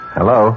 Hello